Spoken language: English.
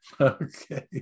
Okay